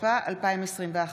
התשפ"א 2021,